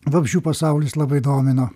vabzdžių pasaulis labai domino